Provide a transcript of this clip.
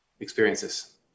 experiences